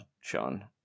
Sean